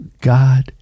God